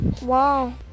Wow